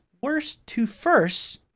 worst-to-first